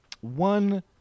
One